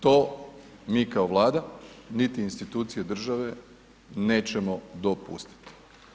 To mi kao Vlada niti institucije države nećemo dopustiti.